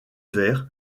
verre